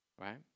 Right